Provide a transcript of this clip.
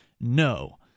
no